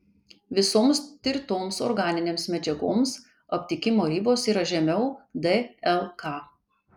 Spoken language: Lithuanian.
visoms tirtoms organinėms medžiagoms aptikimo ribos yra žemiau dlk